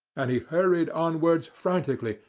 and he hurried onwards frantically,